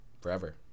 forever